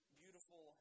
beautiful